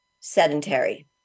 sedentary